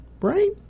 right